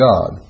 God